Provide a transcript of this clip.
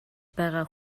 байгаа